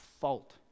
fault